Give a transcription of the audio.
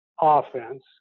offense